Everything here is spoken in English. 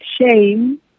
shame